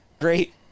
Great